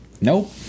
Nope